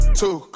two